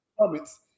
comments